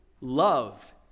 Love